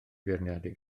feirniadu